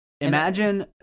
Imagine